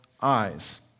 eyes